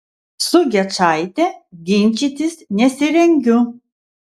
su gečaite ginčytis nesirengiu